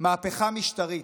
מהפכה משטרית.